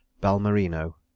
Balmerino